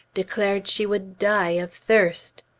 declared she would die of thirst.